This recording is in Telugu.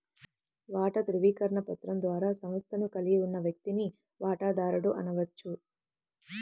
వాటా ధృవీకరణ పత్రం ద్వారా సంస్థను కలిగి ఉన్న వ్యక్తిని వాటాదారుడు అనవచ్చు